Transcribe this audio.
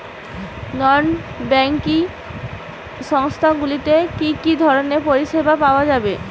নন banking সংস্থা গুলিতে কি কি ধরনের পরিসেবা পাওয়া য়ায়?